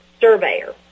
surveyor